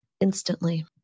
instantly